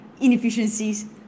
inefficiencies